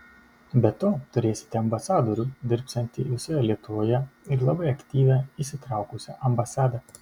be to turėsite ambasadorių dirbsiantį visoje lietuvoje ir labai aktyvią įsitraukusią ambasadą